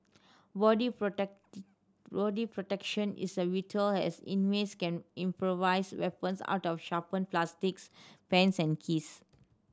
body body protection is a vital as inmates can improvise weapons out of sharpened plastics pens and keys